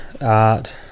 art